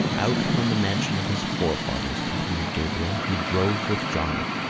out from the mansion of his forefathers, continued gabriel, he drove with johnny.